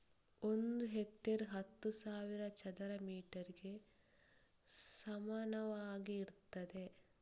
ಒಂದು ಹೆಕ್ಟೇರ್ ಹತ್ತು ಸಾವಿರ ಚದರ ಮೀಟರ್ ಗೆ ಸಮಾನವಾಗಿರ್ತದೆ